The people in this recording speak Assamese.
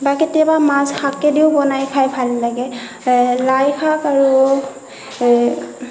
বা কেতিয়াবা মাছ শাকেদিও বনাই খাই ভাল লাগে লাই শাক আৰু